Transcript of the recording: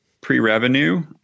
pre-revenue